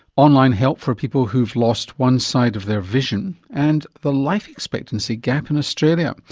online help for people who've lost one side of their vision. and the life expectancy gap in australia.